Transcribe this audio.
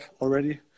already